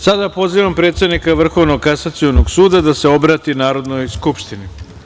Sada pozivam predsednika Vrhovnog kasacionog suda da se obrati Narodnoj skupštini.